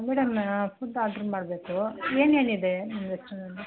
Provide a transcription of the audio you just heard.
madam food order ಮಾಡಬೇಕು ಏನೇನು ಇದೆ ನಿಮ್ಮ ರೆಸ್ಟೋರಂಟಲ್ಲಿ